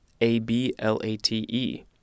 A-B-L-A-T-E